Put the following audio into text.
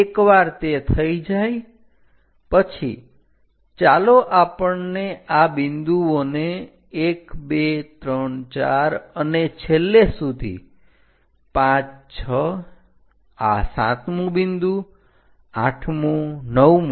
એકવાર તે થઈ જાય ચાલો આપણને આ બિન્દુઓને 1234 અને છેલ્લે સુધી 56 આ 7 મુ બિંદુ 8મુ 9મુ